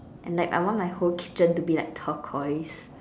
and like I want my whole kitchen to be like turquoise